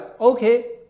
okay